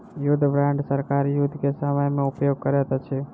युद्ध बांड सरकार युद्ध के समय में उपयोग करैत अछि